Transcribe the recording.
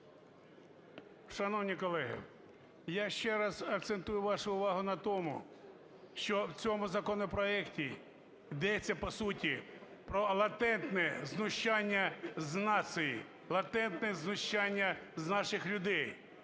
Шановні колеги, я ще раз акцентую вашу увагу на тому, що в цьому законопроекті йдеться по суті про латентне знущання з нації, латентне знущання з наших людей.